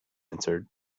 answered